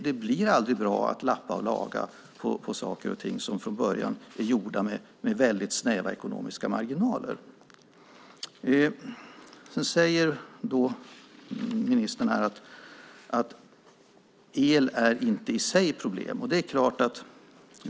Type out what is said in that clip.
Det blir aldrig bra att lappa och laga på sådant som från början är gjort med snäva ekonomiska marginaler. Ministern säger att el i sig inte är ett problem.